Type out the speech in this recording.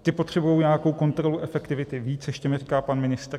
Ty potřebují nějakou kontrolu efektivity víc ještě, říká mi pan ministr.